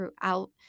throughout